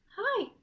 Hi